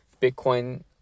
Bitcoin